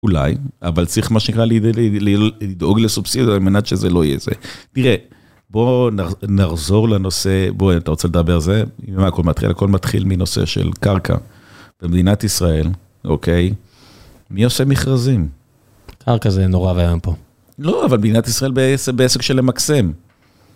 אולי, אבל צריך מה שנקרא, לדאוג לסובסידו, על מנת שזה לא יהיה זה. תראה, בואו נחזור לנושא, בוא, אתה רוצה לדבר על זה? אם הכל מתחיל, הכל מתחיל מנושא של קרקע. במדינת ישראל, אוקיי? מי עושה מכרזים? קרקע זה נורא רעיון פה. לא, אבל מדינת ישראל בעסק של למקסם.